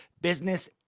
business